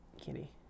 Kitty